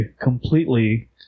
completely